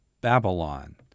Babylon